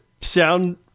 sound